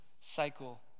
cycle